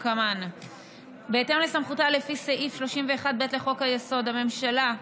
בהתאם לסמכותה לפי סעיף 31(ב) לחוק-יסוד: הממשלה,